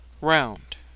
Round